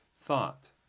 thought